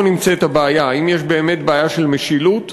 נמצאת הבעיה: האם יש באמת בעיה של משילות,